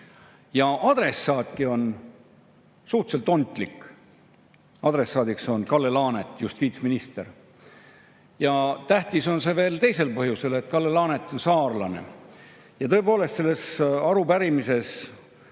Ja adressaatki on suhteliselt ontlik. Adressaat on Kalle Laanet, justiitsminister. Ja tähtis on see veel teisel põhjusel: Kalle Laanet on saarlane. Tõepoolest, selles arupärimises